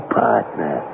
partner